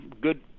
good